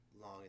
long